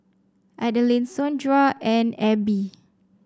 Adaline Saundra and Ebbie